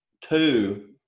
two